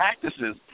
practices